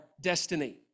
destiny